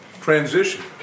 transition